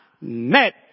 net